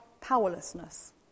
powerlessness